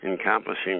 accomplishing